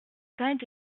temps